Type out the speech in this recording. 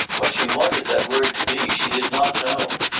what she wanted that word to be she did not know.